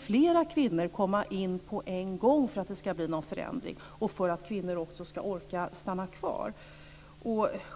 Flera kvinnor behöver komma in på en gång för att det ska bli en förändring och för att kvinnor ska orka stanna kvar.